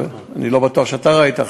אני לא בטוח שאתה ראית,